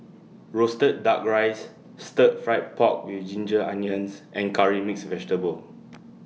Roasted Duck Rice Stir Fried Pork with Ginger Onions and Curry Mixed Vegetable